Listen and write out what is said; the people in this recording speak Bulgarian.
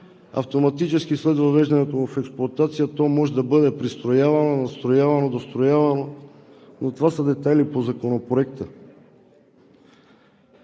автоматически след въвеждането му в експлоатация то може да бъде пристроявано, надстроявано, достроявано, но това са детайли по Законопроекта.